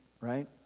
right